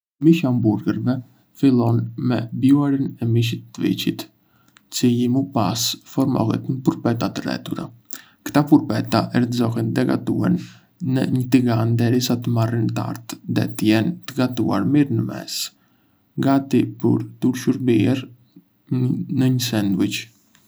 Mishi i hamburgerëve Nisën me bluarjen e mishit të viçit, i cili më pas formohet në purpeta të rethura. Këta purpeta erëzohen dhe gatuhen në një tigan derisa të marrin ngjyrë të artë dhe të jenë të gatuar mirë në mes, gati për t'u shërbyer në një sanduiç.